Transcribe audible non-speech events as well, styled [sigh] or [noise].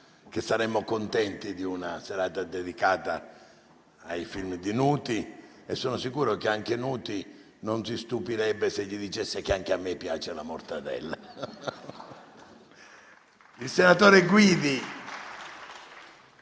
che saremmo contenti di una serata dedicata ai film di Nuti. Sono sicuro che Nuti non si stupirebbe se gli dicessi che anche a me piace la mortadella. [applause]